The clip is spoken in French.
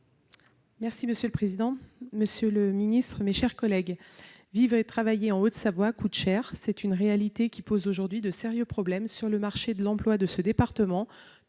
et du logement. Monsieur le ministre, mes chers collègues, vivre et travailler en Haute-Savoie coûte cher, c'est une réalité qui pose aujourd'hui de sérieux problèmes pour le marché de l'emploi de ce département,